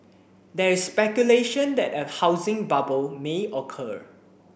there is speculation that a housing bubble may occur